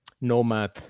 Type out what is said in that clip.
nomad